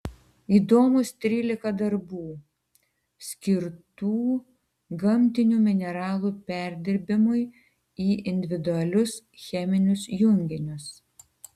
įdomūs trylika darbų skirtų gamtinių mineralų perdirbimui į individualius cheminius junginius